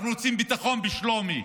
אנחנו רוצים ביטחון בשלומי.